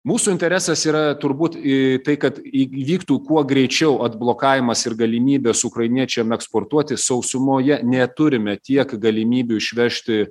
mūsų interesas yra turbūt į tai kad įvyktų kuo greičiau atblokavimas ir galimybės ukrainiečiam eksportuoti sausumoje neturime tiek galimybių išvežti